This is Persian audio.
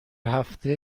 هفته